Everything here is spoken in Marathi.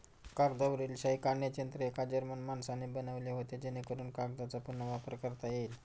कागदावरील शाई काढण्याचे यंत्र एका जर्मन माणसाने बनवले होते जेणेकरून कागदचा पुन्हा वापर करता येईल